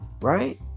right